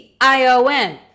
ION